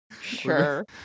Sure